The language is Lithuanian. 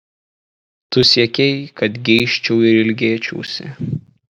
tu siekei kad geisčiau ir ilgėčiausi